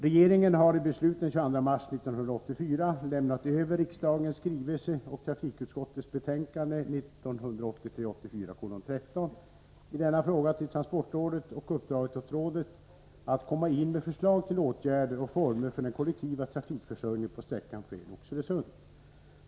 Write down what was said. Regeringen har i beslut den 22 mars 1984 lämnat över riksdagens skrivelse och trafikutskottets betänkande 13 i denna fråga till transportrådet och uppdragit åt rådet att komma in med förslag till åtgärder och former för den kollektiva trafikförsörjningen på sträckan Flen-Oxelösund.